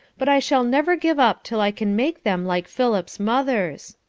but i shall never give up till i can make them like philip's mother's.